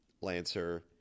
Lancer